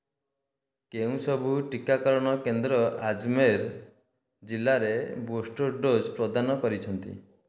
କେଉଁ ସବୁ ଟିକାକରଣ କେନ୍ଦ୍ର ଆଜ୍ମେର୍ ଜିଲ୍ଲାରେ ବୁଷ୍ଟର ଡୋଜ୍ ପ୍ରଦାନ କରିଛନ୍ତି